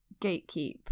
gatekeep